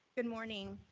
good morning.